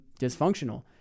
dysfunctional